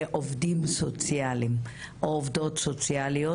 עובדים סוציאליים או עובדות סוציאליות,